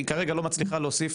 היא כרגע לא מצליחה להוסיף,